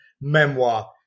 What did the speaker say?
memoir